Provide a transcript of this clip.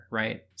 right